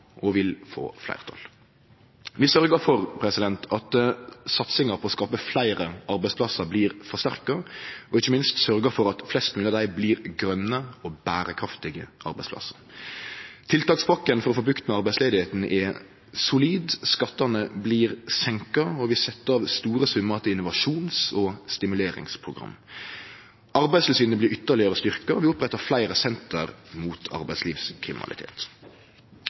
og vil få fleirtal. Vi sørgde for at satsinga på å skape fleire arbeidsplassar blir forsterka, og ikkje minst sørgde vi for at flest mogleg av dei blir grøne og berekraftige arbeidsplassar. Tiltakspakken for å få bukt med arbeidsløysa er solid. Skattane blir senka, og vi set av store summar til innovasjons- og stimuleringsprogram. Arbeidstilsynet blir ytterlegare styrkt. Vi opprettar fleire senter mot arbeidslivskriminalitet.